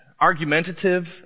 argumentative